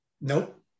Nope